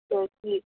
ꯄꯣꯠꯇꯤ